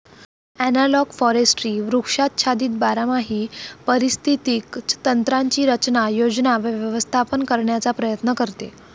analogue forestry वृक्षाच्छादित बारमाही पारिस्थितिक तंत्रांची रचना, योजना व व्यवस्थापन करण्याचा प्रयत्न करते